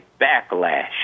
backlash